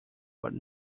but